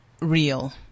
real